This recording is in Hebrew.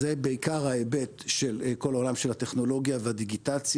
זה בעיקר ההיבט של כל העולם של הטכנולוגיה והדיגיטציה,